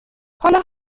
حالا